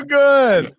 good